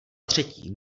třetí